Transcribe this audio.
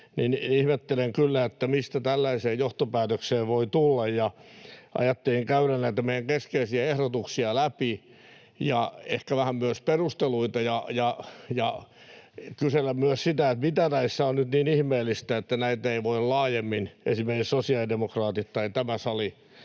Ihmettelen kyllä, mistä tällaiseen johtopäätökseen voi tulla, ja ajattelin käydä läpi näitä meidän keskeisiä ehdotuksiamme ja ehkä vähän myös perusteluita ja kysellä myös sitä, mikä näissä on nyt niin ihmeellistä, että näitä ei voi esimerkiksi sosiaalidemokraatit tai tämä sali